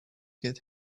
get